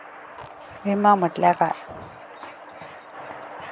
विमा म्हटल्या काय?